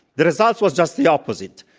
the result was just the opposite.